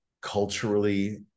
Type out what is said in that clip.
culturally